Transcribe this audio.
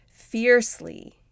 fiercely